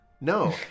No